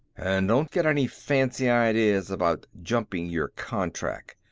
and don't get any fancy ideas about jumping your contract.